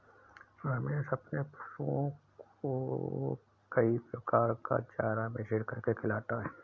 रमेश अपने पशुओं को कई प्रकार का चारा मिश्रित करके खिलाता है